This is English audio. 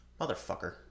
motherfucker